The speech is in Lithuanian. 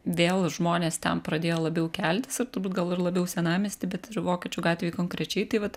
vėl žmonės ten pradėjo labiau keltis ir turbūt gal ir labiau senamiesty bet ir vokiečių gatvėj konkrečiai tai vat